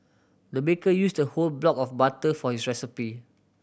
the baker used a whole block of butter for this recipe